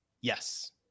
Yes